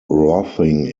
roughing